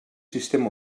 sistema